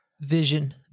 vision